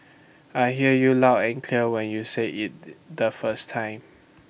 I hear you loud and clear when you say IT the first time